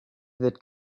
that